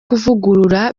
kuvugurura